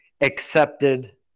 accepted